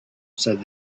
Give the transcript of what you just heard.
said